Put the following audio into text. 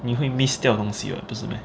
你会 miss 掉东西 [what] 不是 meh